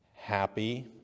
happy